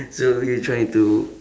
so you trying to